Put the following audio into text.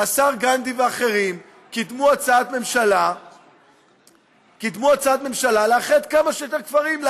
השר גנדי ואחרים קידמו הצעת ממשלה לאחד כמה שיותר כפרים,